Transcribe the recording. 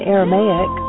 Aramaic